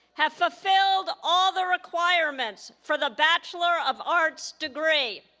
have fulfilled all the requirements for the bachelor of arts degree.